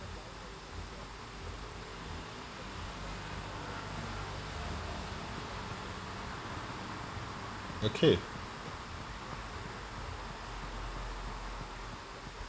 okay